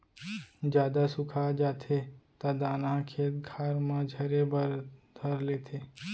जादा सुखा जाथे त दाना ह खेत खार म झरे बर धर लेथे